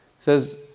says